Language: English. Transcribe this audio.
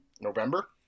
November